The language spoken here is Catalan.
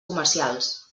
comercials